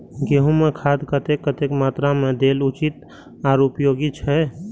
गेंहू में खाद कतेक कतेक मात्रा में देल उचित आर उपयोगी छै?